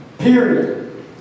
Period